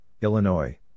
Illinois